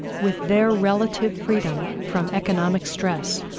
with their relative freedom from economic stress,